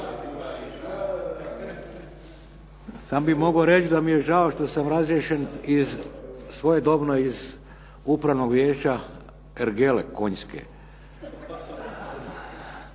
Sad bi mogao reći da mi je žao što sam razriješen svojedobno iz upravnog vijeća ergele konjske.